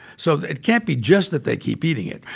so it can't be just that they keep eating it.